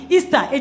Easter